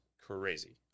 crazy